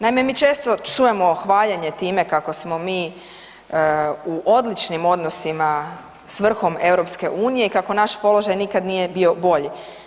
Naime, mi često čujemo hvaljenje time kako smo mi u odličnim odnosima s vrhom EU i kako naš položaj nikad nije bio bolji.